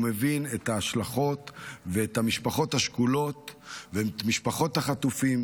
מבין את ההשלכות ואת המשפחות השכולות ומשפחות החטופים,